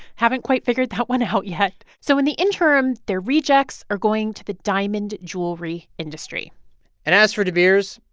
haven't quite figured that one out yet. so in the interim, their rejects are going to the diamond jewelry industry and as for de beers,